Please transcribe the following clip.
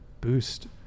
boost